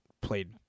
played